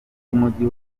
w’umujyi